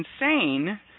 insane